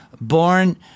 born